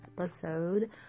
episode